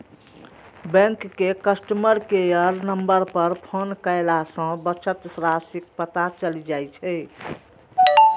bank के customer care number पर phone कयला सं बचत राशिक पता चलि जाइ छै